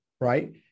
Right